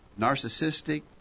narcissistic